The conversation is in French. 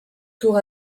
tour